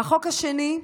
והחוק השני,